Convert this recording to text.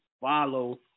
Follow